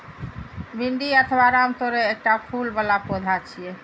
भिंडी अथवा रामतोरइ एकटा फूल बला पौधा छियै